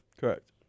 Correct